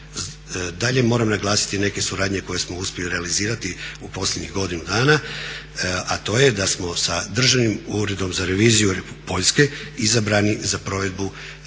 Dalje moram naglasiti neke suradnje koje smo uspjeli realizirati u posljednjih godinu dana, a to je da smo sa Državnim uredom za reviziju Poljske izabrani za provedbu